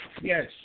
Yes